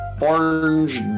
orange